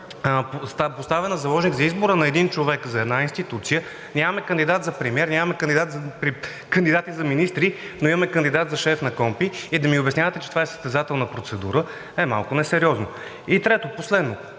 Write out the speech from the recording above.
поставена заложник за избора на един човек за една институция, нямаме кандидат за премиер, нямаме кандидати за министри, но имаме кандидат за шеф на КПКОНПИ и да ми обяснявате, че това е състезателна процедура, е малко несериозно. И трето, последно.